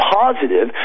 positive